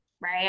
right